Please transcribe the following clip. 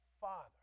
Father